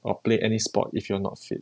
or play any sport if you are not fit